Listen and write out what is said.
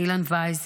אילן וייס,